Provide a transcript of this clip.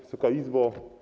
Wysoka Izbo!